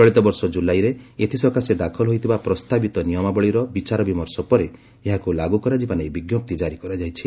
ଚଳିତ ବର୍ଷ ଜୁଲାଇରେ ଏଥିସକାଶେ ଦାଖଲ ହୋଇଥିବା ପ୍ରସ୍ତାବିତ ନିୟମାବଳୀର ବିଚାରବିମର୍ଷ ପରେ ଏହାକୁ ଲାଗୁ କରାଯିବା ନେଇ ବିଞ୍କପ୍ତି କାରି କରାଯାଇଛି